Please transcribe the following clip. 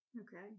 Okay